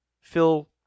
Phil